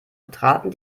betraten